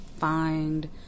find